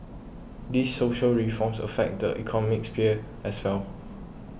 these social reforms affect the economic sphere as well